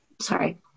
sorry